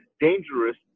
dangerous